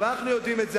ואנחנו יודעים את זה.